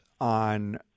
on